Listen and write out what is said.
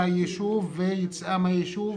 -- של כניסה ליישוב ויציאה מהיישוב,